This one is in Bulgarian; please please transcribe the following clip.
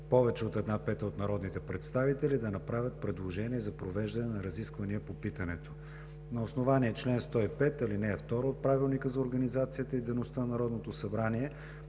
повече от една пета от народните представители да направят предложение за провеждане на разисквания по питането. На основание чл. 105, ал. 2 от Правилника за организацията и дейността на Народното събрание